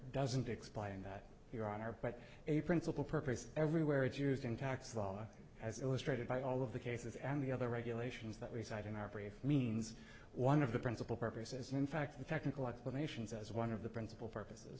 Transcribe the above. doesn't explain that your honor but a principal purpose everywhere if you're using tax dollars as illustrated by all of the cases and the other regulations that reside in our brief means one of the principal purposes in fact the technical explanations as one of the principal purposes